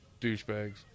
douchebags